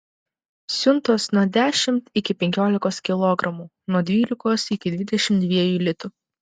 siuntos nuo dešimt iki penkiolikos kilogramų nuo dvylikos iki dvidešimt dviejų litų